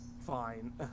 Fine